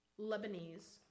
Lebanese